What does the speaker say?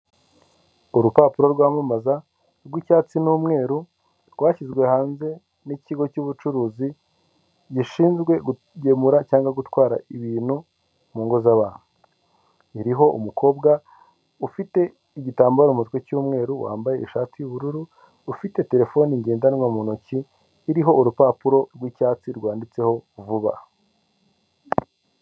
Urupapuro rwamamaza rw'icyatsi n'umweru rwashyizwe hanze n'ikigo cy'ubucuruzi gishinzwe gugemura cyangwa gutwara ibintu mu ngo z'abantu, iriho umukobwa ufite igitambaro mu mutwe cy'umweru wambaye ishati y'ubururu, ufite terefone ngendanwa mu ntoki iriho urupapuro rw'icyatsi rwanditseho vuba.